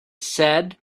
said